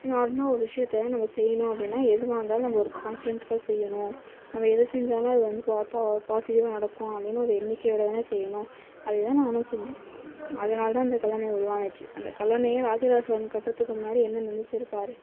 நார்மலாக ஒரு விஷயத்த நம்ம செய்யணும் அப்படின்னா எதுவாக இருந்தாலும் நம்ம ஒரு கான்ஃபிடென்ட்டோடு செய்யணும் நம்ம எது செஞ்சாலும் அது வந்து பாசிட்டிவாக நடக்கும் அப்படின்னு ஒரு எண்ணிக்கையோடு தான் செய்யணும் அதேதான் நானும் சொன்னேன் அதனாலதான் அந்த கல்லணை உருவாச்சி அந்த கல்லணையை ராஜராஜ சோழன் கட்டுறதுக்கு முன்னாடி என்ன நெனைச்சிருப்பாரு பார்